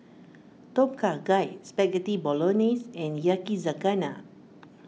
Tom Kha Gai Spaghetti Bolognese and Yakizakana